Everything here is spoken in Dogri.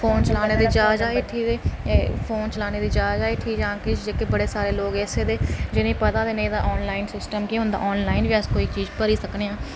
फोन चलाने दी जाच आई उठी फोन चलाने दी जाच आई उठी आ किश जेह्के बड़े सारे लोक ऐसे हे जि'नेंई पता ते नेईं तां आनलाइन सिस्टम केह् होंदा आनलाइन प्ही अस कोई चीज भरी सकनेआं